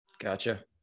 Gotcha